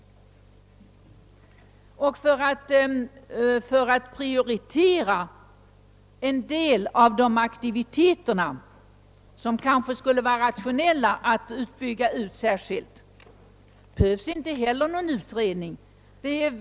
För att prioritera en del av de aktiviteter, vilka det skulle vara rationellt att särskilt bygga ut, behövs inte heller någon utredning.